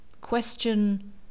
Question